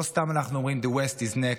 לא סתם אנחנו אומרים the west is next.